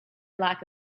lack